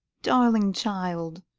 darling child!